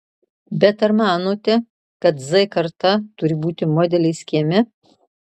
bet ar manote kad z karta turi būti modeliais kieme